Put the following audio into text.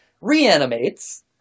Reanimates